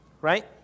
Right